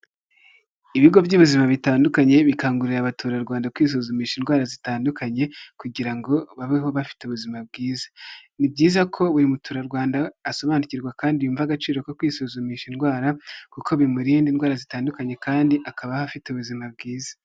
Ibigo by'ubuzima bitandukanye bikangurira abaturarwanda kwisuzumisha indwara zitandukanye, kugira ngo babeho bafite ubuzima bwiza, ni byiza ko buri muturarwanda asobanukirwa kandi yumva agaciro ko kwisuzumisha indwara, kuko bimurinda indwara zitandukanye kandi akabaho afite ubuzima bwiza.